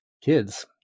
kids